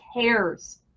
cares